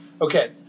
Okay